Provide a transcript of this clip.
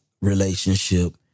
relationship